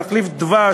תחליף דבש,